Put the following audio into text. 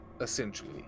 essentially